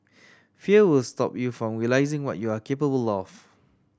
fear will stop you from realising what you are capable of